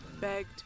begged